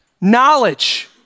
knowledge